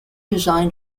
design